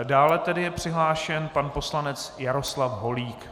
Dále tedy je přihlášen pan poslanec Jaroslav Holík.